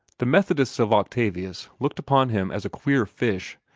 the methodists of octavius looked upon him as a queer fish,